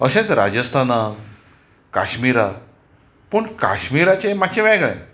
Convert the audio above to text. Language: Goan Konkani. अशेंच राजस्थानाक काश्मिराक पूण काश्मिराचें मातशें वेगळें